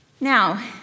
Now